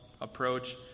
approach